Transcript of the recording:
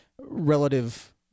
relative